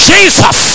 Jesus